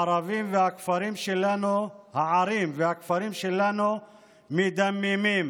הערים והכפרים שלנו מדממים.